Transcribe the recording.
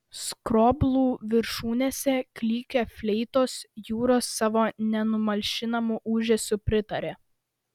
skroblų viršūnėse klykė fleitos jūros savo nenumalšinamu ūžesiu pritarė